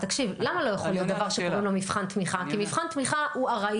תקשיב, למה לא יכול להיות דבר